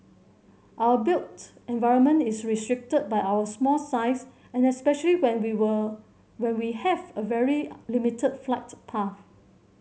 our built environment is restricted by our small size and especially when we were when we have a very limited flight path